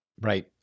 Right